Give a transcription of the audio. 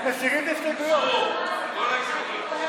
תסיר, תסירו את ההסתייגויות.